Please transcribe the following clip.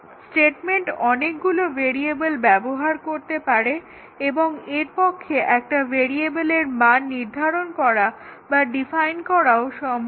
statement অনেকগুলো variable ব্যবহার করতে পারে এবং এর পক্ষে একটা ভেরিয়েবলের মান নির্ধারণ করা বা ডিফাইন করাও সম্ভব